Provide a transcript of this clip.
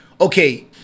okay